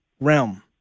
realm